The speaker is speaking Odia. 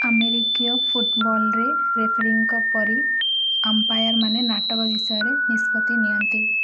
ଆମେରିକୀୟ ଫୁଟବଲ୍ରେ ରେଫରୀଙ୍କ ପରି ଅମ୍ପାୟାର୍ମାନେ ନାଟକ ବିଷୟରେ ନିଷ୍ପତ୍ତି ନିଅନ୍ତି